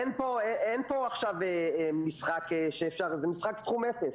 זה משחק סכום אפס,